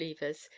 levers